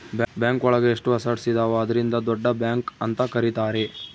bank ಒಳಗ ಎಷ್ಟು assets ಇದಾವ ಅದ್ರಿಂದ ದೊಡ್ಡ ಬ್ಯಾಂಕ್ ಅಂತ ಕರೀತಾರೆ